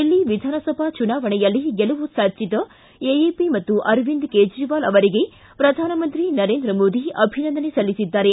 ದಿಲ್ಲಿ ವಿಧಾನಸಭಾ ಚುನಾವಣೆಯಲ್ಲಿ ಗೆಲುವು ಸಾಧಿಸಿದ ಎಎಪಿ ಮತ್ತು ಅರವಿಂದ್ ಕೇಜ್ರವಾಲ್ ಅವರಿಗೆ ಪ್ರಧಾನಮಂತ್ರಿ ನರೇಂದ್ರ ಮೋದಿ ಅಭಿನಂದನೆ ಸಲ್ಲಿಸಿದ್ದಾರೆ